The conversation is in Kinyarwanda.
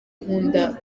nkunda